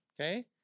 okay